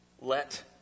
let